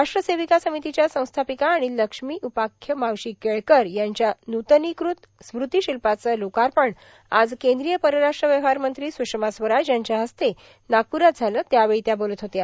राष्ट्र सेविका समितीच्या संस्थापिका आणि लक्ष्मी उपाख्य मावशी केळकर यांच्या नूतनीकृत स्मृतिशिल्पाचे लोकार्पन आज केंद्रीय परराष्ट्र व्यवहार मंत्री स्षमा स्वराज यांच्या हस्ते नागप्रात झालं त्यावेळी त्या बोलत होत्या